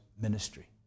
ministry